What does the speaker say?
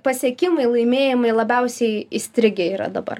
pasiekimai laimėjimai labiausiai įstrigę yra dabar